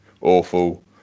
awful